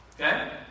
Okay